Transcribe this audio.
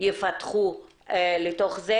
יפתחו לתוך זה.